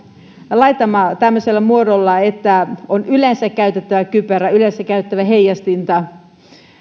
laitamme tämmöisellä muodolla että on yleensä käytettävä kypärää yleensä käytettävä heijastinta